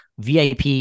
VIP